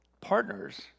partners